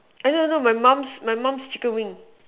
I know I know my mum's my mum's chicken wing